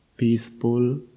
peaceful